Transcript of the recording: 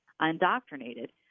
indoctrinated